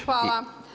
Hvala.